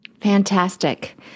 Fantastic